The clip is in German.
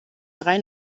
drei